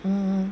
ah